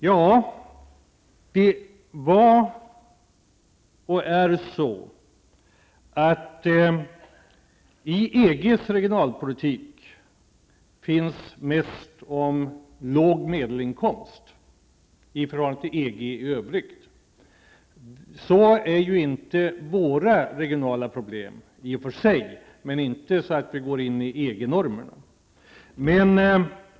Det var och är så, att i EGs regionalpolitik finns mest om låg medelinkomst i förhållande till EG i övrigt. Så ser ju inte våra regionala problem ut, i varje fall inte så att vi stämmer med EG-normerna.